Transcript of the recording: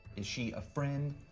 is she a friend,